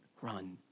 run